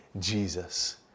Jesus